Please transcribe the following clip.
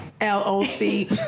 L-O-C